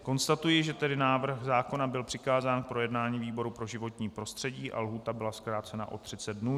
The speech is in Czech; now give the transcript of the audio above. Konstatuji, že návrh zákona byl přikázán k projednání výboru pro životní prostředí a lhůta byla zkrácena o 30 dnů.